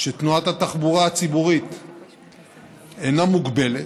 שתנועת התחבורה אינה מוגבלת,